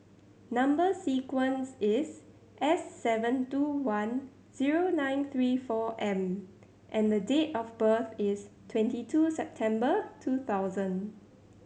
number sequence is S seven two one zero nine three four M and date of birth is twenty two September two thousand